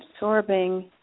absorbing